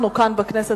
כאן בכנסת,